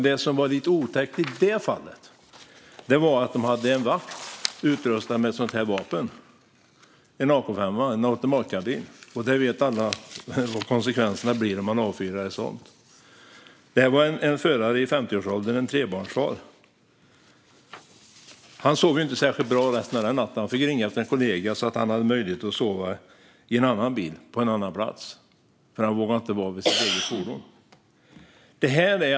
Det som var otäckt i detta fall var att man hade en vakt utrustad med en AK5, alltså en automatkarbin, och alla vet vad konsekvenserna blir när en sådan avfyras. Föraren var en trebarnsfar i 50-årsåldern, och han sov inte särskilt bra resten av den natten. Han fick ringa efter en kollega så att han kunde sova i en annan bil på en annan plats, för han vågade inte vara i sitt eget fordon.